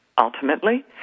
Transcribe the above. Ultimately